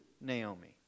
Naomi